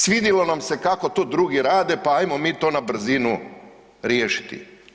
Svidilo nam se kako to drugi rade pa ajmo mi to na brzinu riješiti.